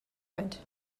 rent